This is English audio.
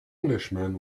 englishman